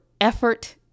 effort